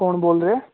ਕੌਣ ਬੋਲ ਰਿਹਾ